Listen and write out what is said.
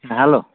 ᱦᱮᱸ ᱦᱮᱞᱳ